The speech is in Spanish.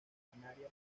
maquinaria